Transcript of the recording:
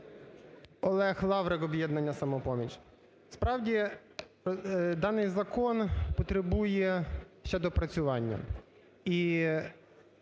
Олег Лаврик, "Об'єднання "Самопоміч". Справді, даний закон потребує ще доопрацювання.